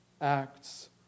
acts